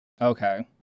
Okay